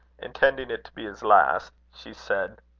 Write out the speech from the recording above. intending it to be his last, she said